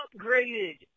upgraded